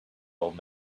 old